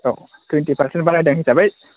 औ औ twenty percent बारायदों हिसाबै